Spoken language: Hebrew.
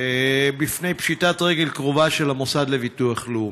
מפני פשיטת רגל קרובה של המוסד לביטוח לאומי.